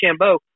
chambeau